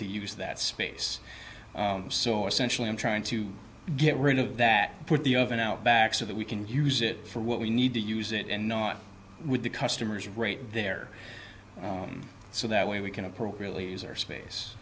to use that space so essential in trying to get rid of that put the oven out back so that we can use it for what we need to use it and not with the customers rate there so that we can appropriately userspace